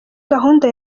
gahunda